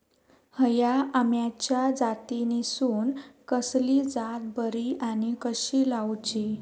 हया आम्याच्या जातीनिसून कसली जात बरी आनी कशी लाऊची?